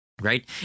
Right